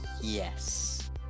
Yes